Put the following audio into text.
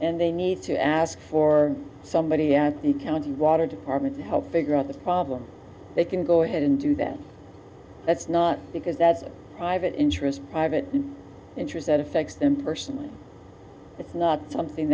y need to ask for somebody at the county water department to help figure out the problem they can go ahead and do that that's not because that's private interest private interest that affects them personally it's not something